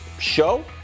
show